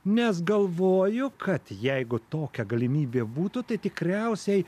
nes galvoju kad jeigu tokia galimybė būtų tai tikriausiai